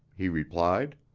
he replied.